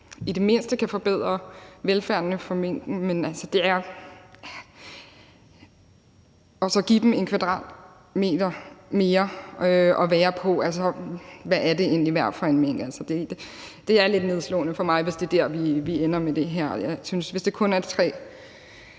i det mindste kan forbedre velfærden for minkene og give dem 1 m² mere at være på. Men hvad er det egentlig værd for en mink? Altså, det er lidt nedslående for mig, hvis det er der, vi ender med det her. Hvis det kun er tre